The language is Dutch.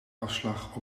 afslag